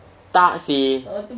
tak seh